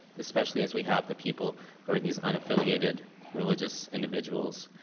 especially as we have the people who are these unaffiliated religious individuals.